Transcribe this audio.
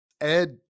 ed